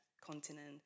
continent